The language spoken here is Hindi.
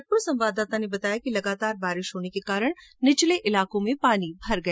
हमारे भरतपुर संवाददाता ने बताया कि लगातार बारिश होने के कारण कई निचले इलाकों में पानी भर गया